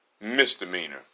Misdemeanor